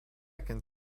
can